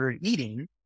eating